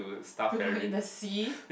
we were in the sea